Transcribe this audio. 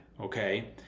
okay